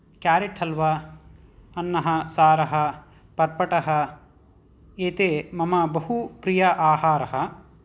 carrot halwa अन्नं सारः पर्पटः एते मम बहु प्रिय आहारः